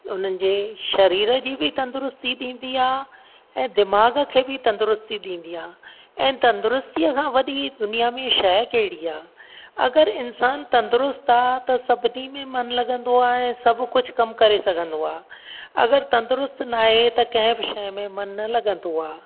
उन्हनि जे सरीर जी बि तंदुरुस्ती थींदी आहे ऐं दिमाग़ खे बि तंदुरुस्ती ॾींदी आहे ऐं तंदुरुस्तीअ खां वॾी दुनिया में शइ कहिड़ी आहे अगरि इंसान तंदुरुस्त आहे त सभिनी में मन लॻंदो आहे ऐं सभु कुझु कमु करे सघंदो आहे अगरि तंदुरुस्त नाहे त कंहिं बि शइ में मनु न लॻंदो आहे